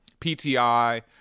PTI